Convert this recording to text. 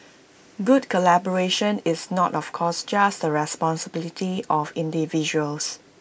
good collaboration is not of course just the responsibility of individuals